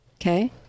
okay